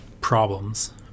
problems